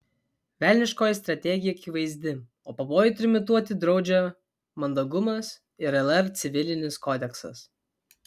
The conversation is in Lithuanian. velniškoji strategija akivaizdi o pavojų trimituoti draudžia mandagumas ir lr civilinis kodeksas